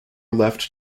left